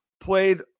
played